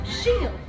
shield